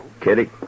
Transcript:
Kitty